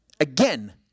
again